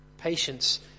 Patience